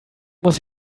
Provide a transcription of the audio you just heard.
muss